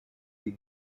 die